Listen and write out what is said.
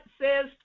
says